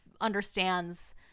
understands